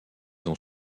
ont